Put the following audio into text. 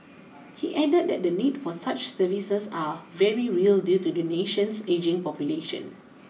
he added that the need for such services are very real due to the nation's ageing population